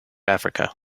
africa